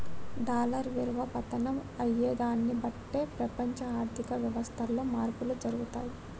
dollar విలువ పతనం అయ్యేదాన్ని బట్టే ప్రపంచ ఆర్ధిక వ్యవస్థలో మార్పులు జరుగుతయి